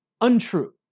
untrue